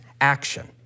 action